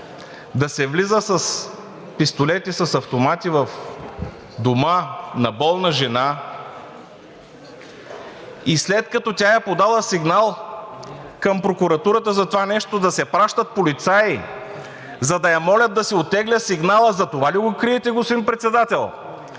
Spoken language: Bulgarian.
Да се влиза с пистолети, с автомати в дома на болна жена и след като тя е подала сигнал към прокуратурата за това нещо, да се пращат полицаи, за да я молят да си оттегли сигнала! За това ли го криете, господин Председател?